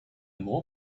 more